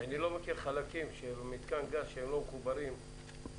כי אני לא מכיר חלקים של מיתקן גז שהם לא מחוברים למערכת,